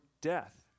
death